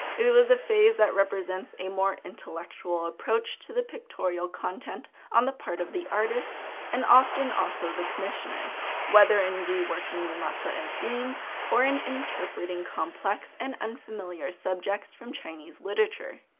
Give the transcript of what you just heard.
it was a phase that represents a more intellectual approach to pictorial content on the part of the artist and often also the commissioner whether in reworking yamato-e themes or in interpreting complex and unfamiliar subjects from chinese literature.